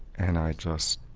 and i just,